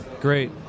great